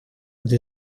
для